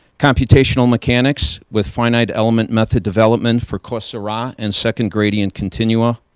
computational mechanics with finite element method development for coursera and second gradient continua,